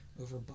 over